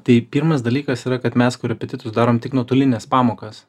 tai pirmas dalykas yra kad mes korepetitus darom tik nuotolines pamokas